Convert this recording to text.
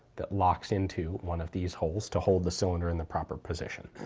that locks into one of these holes to hold the cylinder in the proper position.